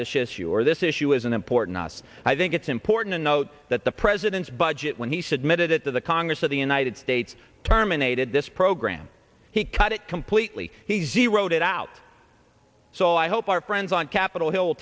this issue or this issue is an important us i think it's important to note that the president's budget when he said made it to the congress of the united states terminated this program he cut it completely he's zeroed it out so i hope our friends on capitol hill